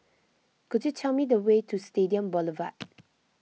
could you tell me the way to Stadium Boulevard